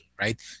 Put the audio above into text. right